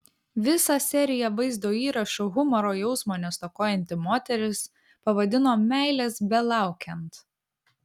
visą seriją vaizdo įrašų humoro jausmo nestokojanti moteris pavadino meilės belaukiant